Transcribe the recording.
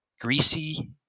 Greasy